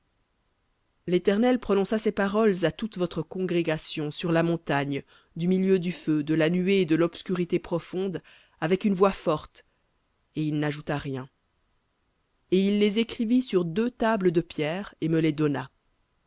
l'éternel prononça ces paroles à toute votre congrégation sur la montagne du milieu du feu de la nuée et de l'obscurité profonde avec une voix forte et il n'ajouta rien et il les écrivit sur deux tables de pierre et me les donna